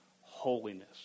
holiness